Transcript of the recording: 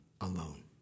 alone